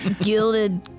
gilded